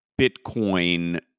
Bitcoin